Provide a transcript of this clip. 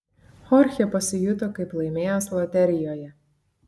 chorchė pasijuto kaip laimėjęs loterijoje